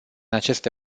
aceste